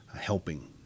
helping